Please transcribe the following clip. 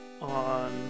on